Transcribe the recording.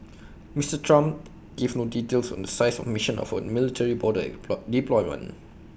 Mister Trump gave no details on the size or mission of A military border deployment